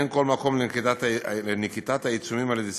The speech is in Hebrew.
אין כל מקום לנקיטת העיצומים על ידי